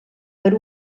per